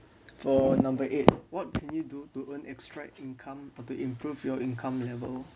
for number eight what can you do to earn extra income to improve your income level